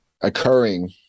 occurring